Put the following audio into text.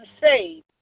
saved